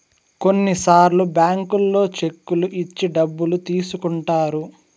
కొన్నిసార్లు బ్యాంకుల్లో చెక్కులు ఇచ్చి డబ్బులు తీసుకుంటారు